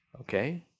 okay